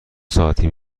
ساعتی